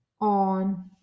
on